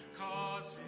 cause